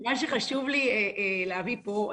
מה שחשוב לי להביא פה,